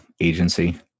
agency